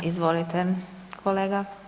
Izvolite kolega.